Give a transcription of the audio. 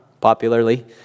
popularly